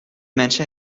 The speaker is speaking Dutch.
mensen